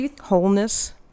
wholeness